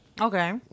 Okay